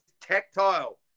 tactile